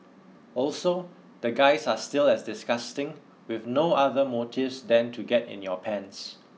also the guys are still as disgusting with no other motives than to get in your pants